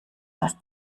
das